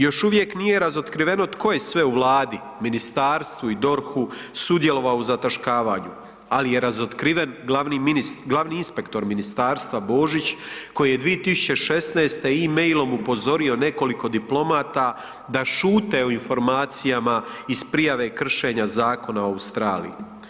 Još uvijek nije razotkriveno tko je sve u Vladi, ministarstvu i DORH-u sudjelovao u zataškavanju, ali je razotkriven glavni inspektor ministarstva, Božić, koji je 2016. e-mailom upozorio nekoliko diplomata da šute o informacijama iz prijave kršenja zakona u Australiji.